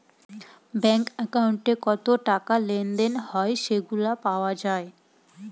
bank একাউন্টে কত টাকা লেনদেন হয় সেগুলা পাওয়া যায়